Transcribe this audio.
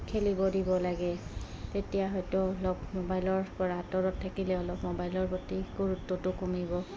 খেলিব দিব লাগে তেতিয়া হয়তো অলপ মোবাইলৰ পৰা আঁতৰত থাকিলে অলপ মোবাইলৰ প্ৰতি গুৰুত্বটো কমিব